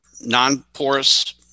non-porous